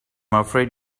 afraid